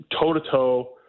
toe-to-toe